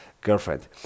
girlfriend